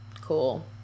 Cool